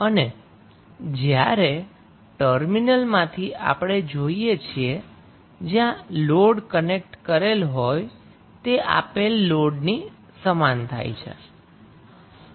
અને જ્યારે ટર્મિનલમાંથી આપણે જોઈએ છીએ જ્યાં લોડ કનેક્ટ કરેલ હોય તે આપેલ લોડની સમાન થાય છે